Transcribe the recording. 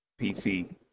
PC